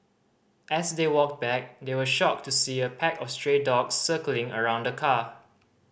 as they walked back they were shocked to see a pack of stray dogs circling around the car